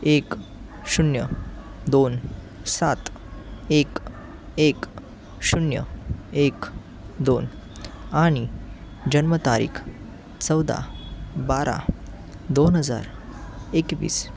एक शून्य दोन सात एक एक शून्य एक दोन आनि जन्मतारीख चौदा बारा दोन हजार एकवीस